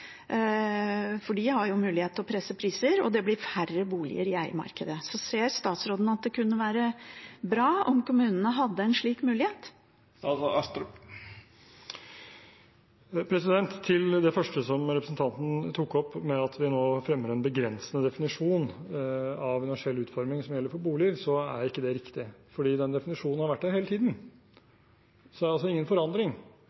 for de har mulighet til å presse priser, og det blir færre boliger i eiemarkedet. Ser statsråden at det kunne være bra om kommunene hadde en slik mulighet? Når det gjelder det første som representanten tok opp, det at vi nå fremmer en begrensende definisjon av universell utforming som gjelder for boliger, er ikke det riktig, for den definisjonen har vært der hele